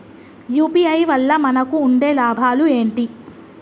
UPI వల్ల మనకు ఉండే లాభాలు ఏంటి?